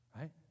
Right